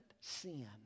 sin